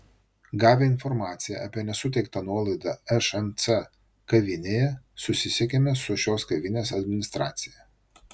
gavę informaciją apie nesuteiktą nuolaidą šmc kavinėje susisiekėme su šios kavinės administracija